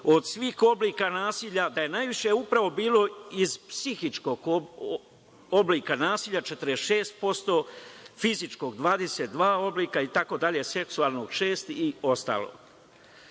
od svih oblika nasilja da je najviše upravo bilo iz psihičkog oblika nasilja 46%, fizičkog 22 oblika itd, seksualnog šest i ostalo? Žene